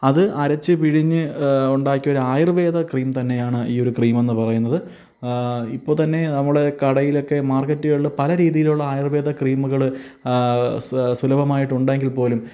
അത് അരച്ചു പിഴിഞ്ഞ് ഉണ്ടാക്കിയൊരായുര്വേദ ക്രീം തന്നെയാണ് ഈ ഒരു ക്രീമെന്നു പറയുന്നത് ഇപ്പംത്തന്നെ നമ്മൾ കടയിലൊക്കെ മാര്ക്കറ്റുകളിൽ പല രീതിയിലുള്ള ആയുര്വേദ ക്രീമുകൾ സുലഭമായിട്ടുണ്ടെങ്കില്പ്പോലും